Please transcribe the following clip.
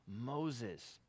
Moses